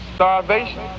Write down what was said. Starvation